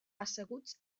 asseguts